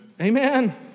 Amen